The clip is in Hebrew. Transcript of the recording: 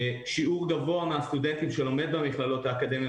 שיעור גבוה מהסטודנטים שלומד במכללות האקדמיות